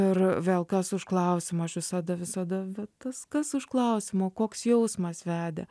ir vėl kas už klausimo aš visada visada va tas kas už klausimo koks jausmas vedė